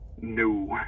No